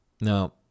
Now